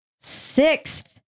sixth